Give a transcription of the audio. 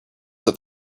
that